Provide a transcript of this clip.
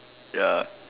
ya